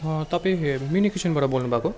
तपाईँ मिनी किचनबाट बोल्नुभएको